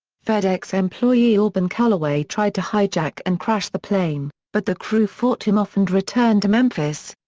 fedex employee auburn calloway tried to hijack and crash the plane, but the crew fought him off and returned to memphis.